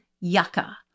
Yucca